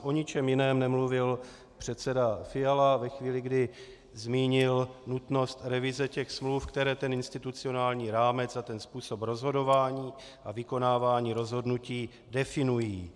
O ničem jiném nemluvil předseda Fiala ve chvíli, kdy zmínil nutnost revize smluv, které institucionální rámec a způsob rozhodování a vykonávání rozhodnutí definují.